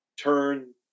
turn